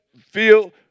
feel